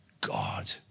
God